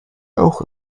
auch